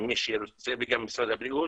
וגם משרד הבריאות,